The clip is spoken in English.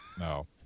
No